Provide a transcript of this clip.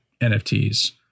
NFTs